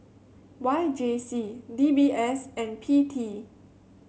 Y J C D B S and P T